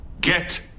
Get